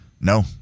No